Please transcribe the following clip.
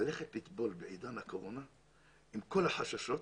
ללכת לטבול בעידן הקורונה עם כל החששות,